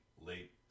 late